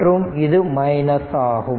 மற்றும் இது மைனஸ் ஆகும்